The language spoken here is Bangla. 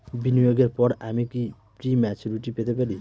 বিনিয়োগের পর আমি কি প্রিম্যচুরিটি পেতে পারি?